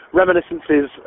reminiscences